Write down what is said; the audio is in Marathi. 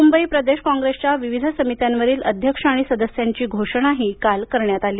मुंबई प्रदेश काँग्रेसच्या विविध समित्यांवरील अध्यक्ष आणि सदस्यांची घोषणाही काल करण्यात आली